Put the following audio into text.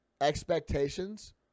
expectations